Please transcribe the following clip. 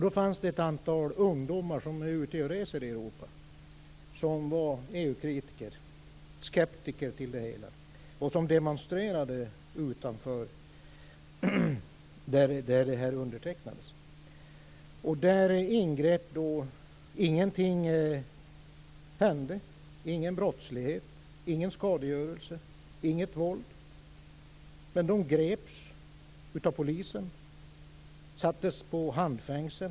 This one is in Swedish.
Då fanns det ett antal ungdomar som är ute och reser i Europa som var EU-kritiker, skeptiker till det hela. De demonstrerade utanför det ställe där det här undertecknades. Ingenting hände. Det var ingen brottslighet. Det var ingen skadegörelse. Det var inget våld. Ändå greps de av polisen. De fick handfängsel.